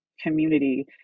community